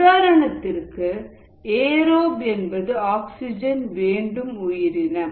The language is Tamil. உதாரணத்திற்கு ஏரோப் என்பது ஆக்சிஜன் வேண்டும் உயிரினம்